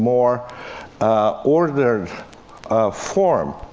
more ordered form.